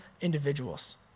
individuals